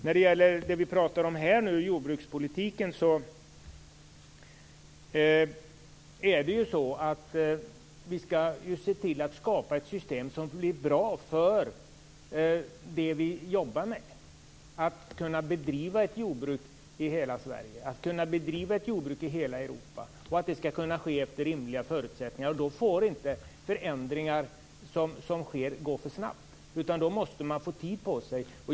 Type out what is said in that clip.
När det gäller den jordbrukspolitik som vi här talar om skall vi se till att ett system skapas som blir bra för det som vi jobbar med. Det gäller alltså att överallt i Sverige, ja, i hela Europa, kunna bedriva jordbruk. För detta behövs rimliga förutsättningar. Då får inte de förändringar som sker gå för snabbt, utan man måste få tid på sig.